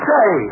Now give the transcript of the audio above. Say